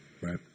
Right